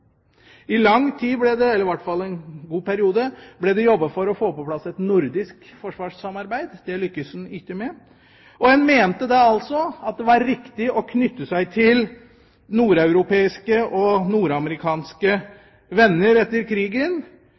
I lang tid – eller i hvert fall i en god periode – ble det jobbet for å få på plass et nordisk forsvarssamarbeid. Det lyktes en ikke med. En mente da at det var riktig å knytte seg til nordeuropeiske og nordamerikanske venner etter krigen.